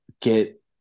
get